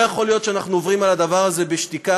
לא יכול להיות שאנחנו עוברים על הדבר הזה בשתיקה.